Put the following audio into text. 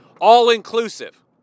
All-inclusive